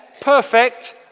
perfect